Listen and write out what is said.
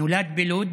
נולד בלוד